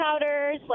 powders